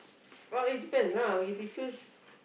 well it depends lah if you choose